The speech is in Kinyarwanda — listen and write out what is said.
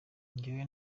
njyewe